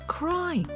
cry